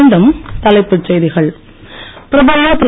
மீண்டும் தலைப்புச் செய்திகள் பிரதமர் திரு